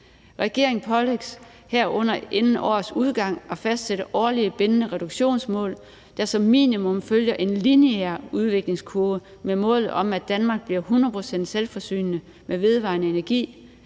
Regeringen pålægges herunder inden årets udgang at fastsætte årlige bindende reduktionsmål, der som minimum følger en lineær udviklingskurve med målet om, at Danmark bliver 100 pct. forsynet ved vedvarende energi